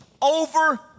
Over